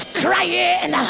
crying